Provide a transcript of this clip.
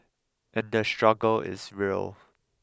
and the struggle is real